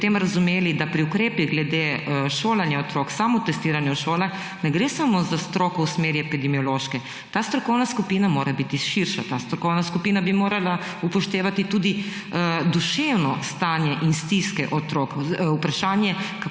se, bi potem razumeli, da pri ukrepih glede šolanja otrok, samotestiranja v šolah ne gre samo za stroko v smeri epidemiološke, ta strokovna skupina mora biti širša, ta strokovna skupina bi morala upoštevati tudi duševno stanje in stiske otrok. Vprašanje,